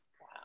Wow